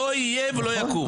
לא יהיה ולא יקום.